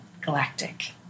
galactic